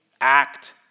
act